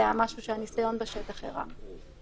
זה משהו שהניסיון בשטח הראה.